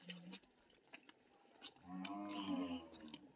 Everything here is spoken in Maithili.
इंडोनेशिया, नाइजीरिया आ घाना कोको के मुख्य उत्पादक देश छियै